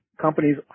companies